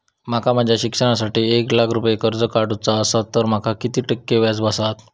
माका माझ्या शिक्षणासाठी एक लाख रुपये कर्ज काढू चा असा तर माका किती टक्के व्याज बसात?